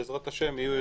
בעזרת ה' יהיו יותר.